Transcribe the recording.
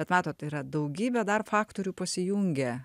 bet matot yra daugybė dar faktorių pasijungia